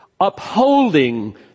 upholding